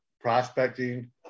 prospecting